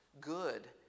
good